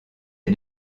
est